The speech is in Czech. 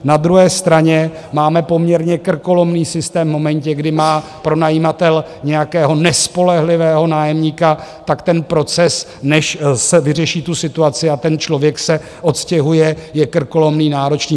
Na druhé straně máme poměrně krkolomný systém v momentě, kdy má pronajímatel nějakého nespolehlivého nájemníka, tak ten proces, než vyřeší tu situaci a ten člověk se odstěhuje, je krkolomný, náročný.